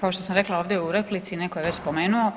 Kao što sam rekla ovdje u replici neko je već spomenuo,